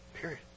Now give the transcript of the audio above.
Period